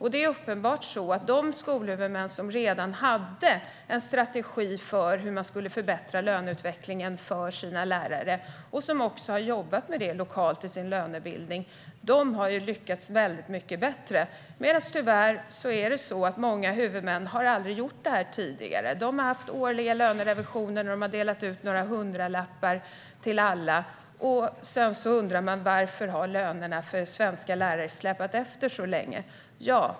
Det är uppenbart så att de skolhuvudmän som redan hade en strategi för hur man skulle förbättra löneutvecklingen för sina lärare, och som har jobbat med detta lokalt i sin lönebildning, har lyckats väldigt mycket bättre. Tyvärr är det så att många huvudmän aldrig tidigare har gjort detta. De har haft årliga lönerevisioner då de har delat ut några hundralappar till alla. Sedan undrar man varför lönerna för svenska lärare har släpat efter så länge.